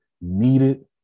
needed